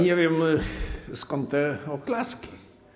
Nie wiem, skąd te oklaski.